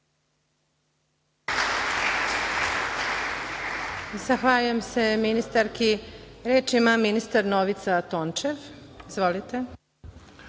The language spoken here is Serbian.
Zahvaljujem se ministarki. Reč ima ministar Novica Tončev. Izvolite.